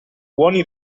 buoni